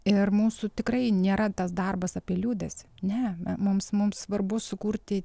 ir mūsų tikrai nėra tas darbas apie liūdesį ne mums mums svarbu sukurti